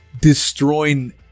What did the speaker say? destroying